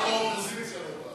גם האופוזיציה לא באה.